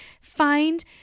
find